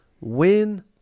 Win